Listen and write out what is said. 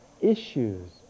issues